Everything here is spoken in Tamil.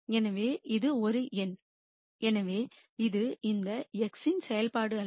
எனவே இது ஒரு எண் எனவே இது இந்த x இன் செயல்பாடு அல்ல